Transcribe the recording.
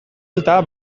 alta